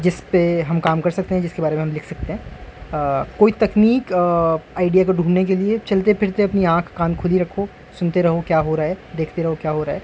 جس پہ ہم کام کر سکتے ہیں جس کے بارے میں ہم لکھ سکتے ہیں کوئی تکنیک آئیڈیا کو ڈونبنے کے لیے چلتے پھرتے اپنی آنکھ کان کھلی رکھو سنتے رہو کیا ہو رہا ہے دیکھتے رہو کیا ہو رہا ہے